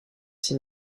six